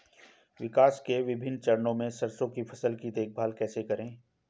विकास के विभिन्न चरणों में सरसों की फसल की देखभाल कैसे करें?